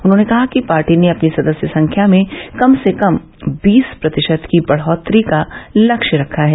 उन्होंने कहा कि पार्टी ने अपनी सदस्य संख्या में कम से कम बीस प्रतिषत की बढ़ोत्तरी का लक्ष्य रखा है